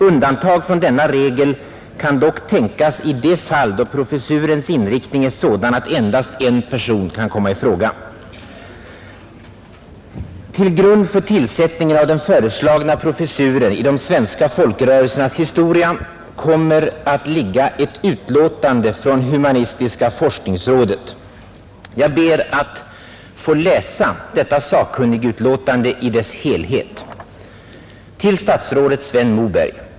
Undantag från denna regel kan dock tänkas i de fall då professurens inriktning är sådan att endast en person kan komma i fråga. Till grund för tillsättningen av den föreslagna professuren i de svenska folkrörelsernas historia kommer att ligga ett utlåtande från humanistiska forskningsrådet. Jag ber att få läsa detta sakkunnigutlåtande i dess helhet.